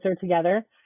together